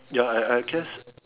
ya I I guess